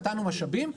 נתנו משאבים,